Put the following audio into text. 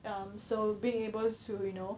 um so being able to you know